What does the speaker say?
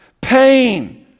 pain